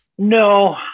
No